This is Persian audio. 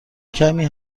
کمی